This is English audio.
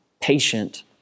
patient